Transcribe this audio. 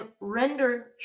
render